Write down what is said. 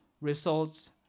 results